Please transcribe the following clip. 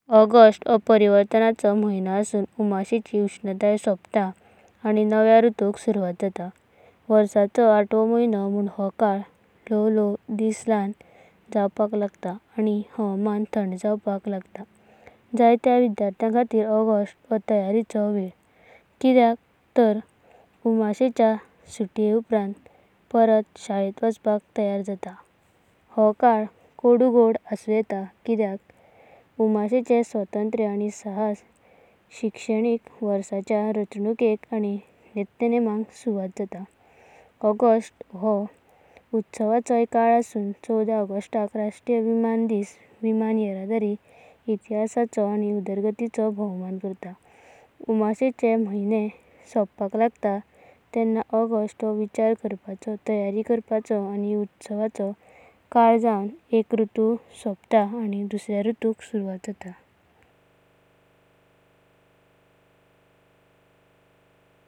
August! हो एक्लीक्तेचो म्हायानो असुन, उमानशेची उष्णताय सोपता आनी नव्या ऋतुक सुरावता जाता। वर्षाचो आठवो म्हायानो म्हण ऑगस्ट हो काल लिहवु लिहवु दिस ल्हान जावपाका लागताता। आनी हावामान थंड जावपाका लागत। जायत्या विद्यार्थ्यान खातीर ऑगस्ट हो तायरिचो काल। कितेएक तांर ते उमानशेच्या सुट्टाए उपरान्त परत शालेंत वचपाका तायर जाताता। हो काल काडू-गोडा असु येता। काराण उमानशेचें स्वातंत्र्य आनी साहसा शिक्षणिका वर्षाच्या राचनुकेका आनी नित्यनिमक सवता दीता। उमानशेची उष्णताय सोपली तरी ऑगस्ट हो अजूनया भायल्य कर्यावलिन खातीर आनी कर्यावलिन खातीर एक बारो वेळा। हो म्हायानो सांगता, बिबिचु, खेलां कार्यवालिनी भरिलो असता। ऑगस्ट हो उत्सवाचोया काल असुन। उननीस ऑगस्टाक राष्त्रिया विमानन दिन विमाना येदारिच्या इतिहासाचो आनी उदारागतिचो भवंमन करताता।